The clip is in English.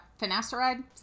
finasteride